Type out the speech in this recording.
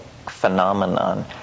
phenomenon